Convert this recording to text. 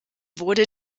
wurde